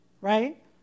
right